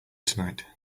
tonight